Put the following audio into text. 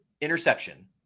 interception